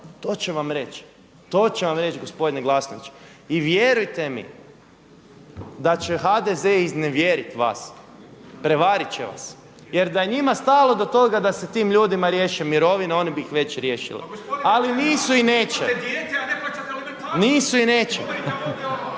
ne trebate, to će vam reći gospodine Glasnoviću. I vjerujte mi da će HDZ iznevjeriti vas, prevarit će vas jer da je njima stalo do toga da se tim ljudima riješe mirovine, oni bi ih već riješili, ali nisu i neće. Gospodine